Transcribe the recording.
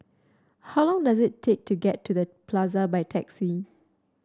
how long does it take to get to The Plaza by taxi